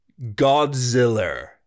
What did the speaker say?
godzilla